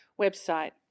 website